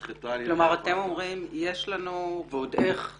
נדחתה על ידי הוועדה.